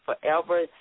forever